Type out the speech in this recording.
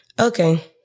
Okay